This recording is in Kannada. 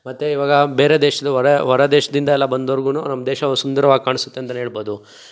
ಮತ್ತು ಇವಾಗ ಬೇರೆ ದೇಶ್ದ ಹೊರ ಹೊರ ದೇಶದಿಂದ ಎಲ್ಲ ಬಂದವ್ರಿಗೂ ನಮ್ಮ ದೇಶವು ಸುಂದರ್ವಾಗಿ ಕಾಣಿಸುತ್ತೆ ಅಂತ ಹೇಳ್ಬೋದು